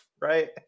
right